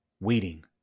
waiting